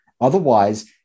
Otherwise